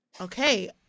Okay